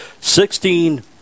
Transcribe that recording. sixteen